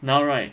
now right